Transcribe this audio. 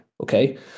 okay